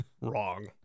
wrong